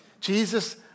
Jesus